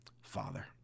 father